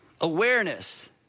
Awareness